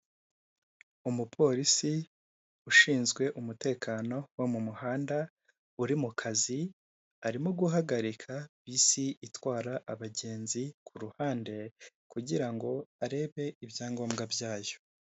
Umupolisi ushinzwe umutekano wo mu muhanda uri mu kazi, arimo guhagarika bisi itwara abagenzi ku ruhande kugira ngo arebe ibyangombwa byayo.